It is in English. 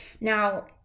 now